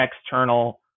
external